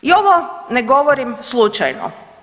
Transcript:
I ovo ne govorim slučajno.